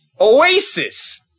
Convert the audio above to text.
Oasis